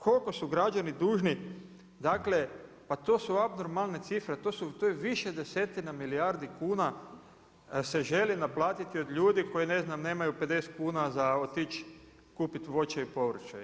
Koliko su građani dužni, dakle, to su abnormalne cifre, to je više desetina milijardi kuna, se želi naplatiti od ljudi, koja ne znam, nemaju 50 kuna za otić kupiti voće i povrće.